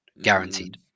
Guaranteed